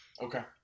Okay